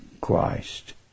Christ